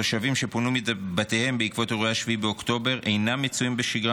התושבים שפונו מבתיהם בעקבות אירועי 7 באוקטובר אינם מצויים בשגרה